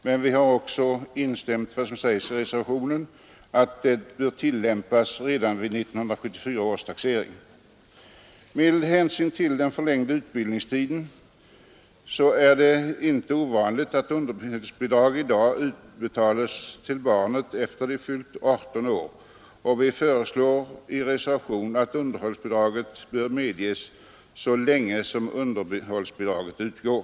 Men vi har också instämt i reservationens krav att denna ordning bör tillämpas redan vid 1974 års taxering. Med hänsyn till de långa utbildningstider som numera förekommer är det inte ovanligt att underhållsbidrag utbetalas till barnet även efter det att vederbörande fyllt 18 år. Vi föreslår i reservationen att rätt till avdrag för underhållsbidrag bör medges så länge utdömt underhållsbidrag utgår.